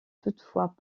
toutefois